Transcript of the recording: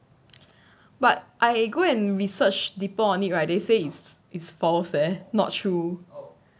but I go and research deeper on it right they say is it's false leh not true